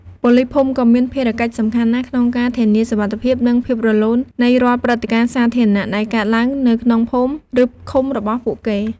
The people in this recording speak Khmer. ប៉ូលីសភូមិក៏មានភារកិច្ចសំខាន់ណាស់ក្នុងការ ធានាសុវត្ថិភាព និងភាពរលូន នៃរាល់ព្រឹត្តិការណ៍សាធារណៈដែលកើតឡើងនៅក្នុងភូមិ ឬឃុំរបស់ពួកគេ។